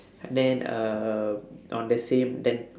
then uh on the same da~